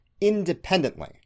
independently